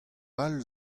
all